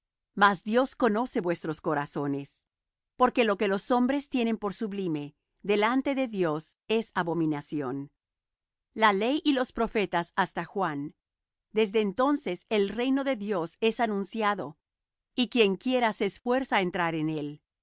mas dios conoce vuestros corazones porque lo que los hombres tienen por sublime delante de dios es abominación la ley y los profetas hasta juan desde entonces el reino de dios es anunciado y quienquiera se esfuerza á entrar en él